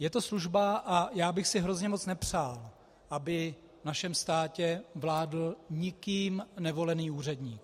Je to služba a já bych si hrozně moc nepřál, aby v našem státě vládl nikým nevolený úředník.